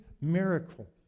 miracle